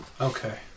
Okay